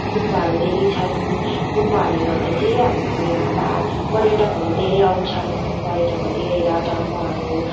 गुम्बाहरू धेरै छन् गुम्बाहरूले गर्दा चाहिँ हाम्रो यहाँ वा पर्यटकहरू धेरै आउँछन् पर्यटकहरू धेरै आएर धर्महरू गर्छन्